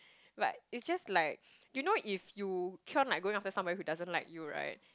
but it's just like you know if you keep on like going after somebody who doesn't like you right